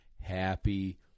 happy